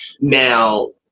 Now